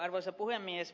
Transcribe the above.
arvoisa puhemies